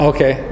Okay